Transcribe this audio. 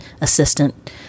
assistant